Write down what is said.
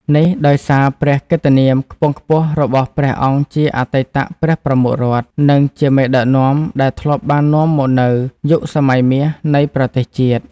នេះដោយសារព្រះកិត្តិនាមខ្ពង់ខ្ពស់របស់ព្រះអង្គជាអតីតព្រះប្រមុខរដ្ឋ និងជាមេដឹកនាំដែលធ្លាប់បាននាំមកនូវយុគសម័យមាសនៃប្រទេសជាតិ។